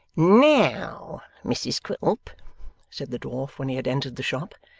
now, mrs quilp said the dwarf when they had entered the shop,